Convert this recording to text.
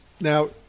Now